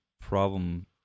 problem